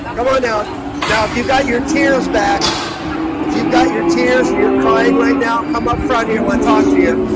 come on out now if you got your tears back if you've got your tears and you're crying right now come up front here what tashia?